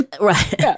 Right